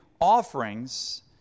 offerings